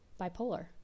bipolar